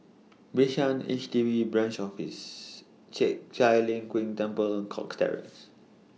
Bishan H D B Branch Office Chek Chai Long Chuen Temple Cox Terrace